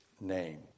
name